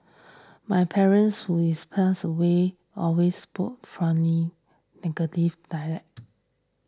my parents who is passed away always spoken fondly dialect